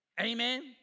Amen